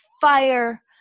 fire